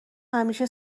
همیشه